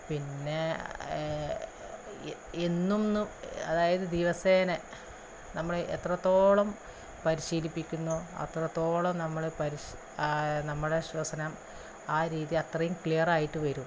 പിന്നെ എന്നും അതായത് ദിവസേന നമ്മൾ എത്രത്തോളം പരിശീലിപ്പിക്കുന്നോ അത്രത്തോളം നമ്മൾ പരിസ് നമ്മളെ ശ്വസനം ആ രീതി അത്രയും ക്ലിയറായിട്ടു വരും